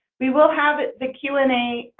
we will have the q and a